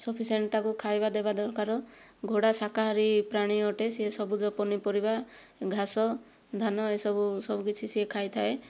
sufficient ତାକୁ ଖାଇବା ଦେବା ଦରକାର ଘୋଡ଼ା ଶାକାହାରୀ ପ୍ରାଣୀ ଅଟେ ସିଏ ସବୁଜ ପନିପରିବା ଘାସ ଧାନ ଏସବୁ ସବୁ କିଛି ସିଏ ଖାଇଥାଏ